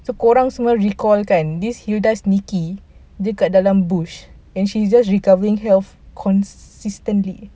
so korang semua recall kan this hilda sneaky dia dekat dalam bush and she's just recovering health consistently